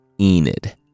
Enid